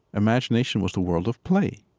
imagination was the world of play.